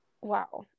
wow